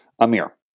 Amir